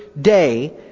day